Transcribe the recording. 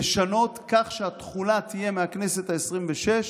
לשנות כך שהתחולה תהיה מהכנסת העשרים-ושש,